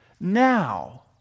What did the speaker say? now